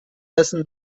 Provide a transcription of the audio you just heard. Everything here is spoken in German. essen